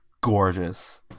gorgeous